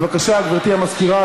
בבקשה, גברתי המזכירה.